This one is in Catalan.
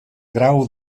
grau